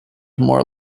more